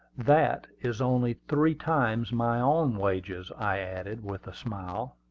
that is only three times my own wages, i added with a smile.